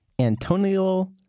Antonio